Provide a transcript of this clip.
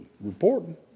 reporting